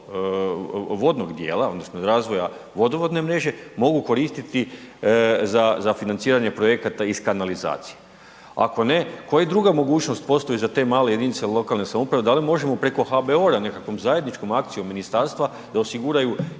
odnosno iz razvoja vodovodne mreže, mogu koristiti za financiranje projekata iz kanalizacije? Ako ne, koja druga mogućnost postoji za te male jedinice lokalne samouprave, da li možemo preko HBOR-a nekakvom zajedničkom akcijom ministarstva da osiguraju